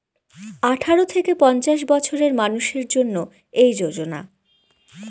আঠারো থেকে পঞ্চাশ বছরের মানুষের জন্য এই যোজনা